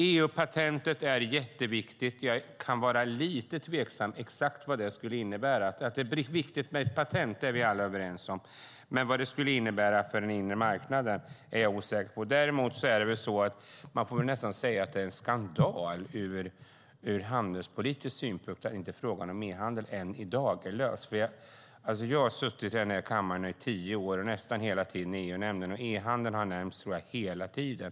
EU-patentet är jätteviktigt, men jag kan vara lite tveksam till exakt vad det skulle innebära. Att det är viktigt med ett patent är vi alla överens om, men vad det skulle innebära för den inre marknaden är jag osäker på. Däremot får man väl nästan säga att det är en skandal ur handelspolitisk synpunkt att frågan om e-handel än i dag inte är löst. Jag har suttit i denna kammare i tio år och under nästan hela den tiden i EU-nämnden, och e-handeln tror jag har nämnts hela tiden.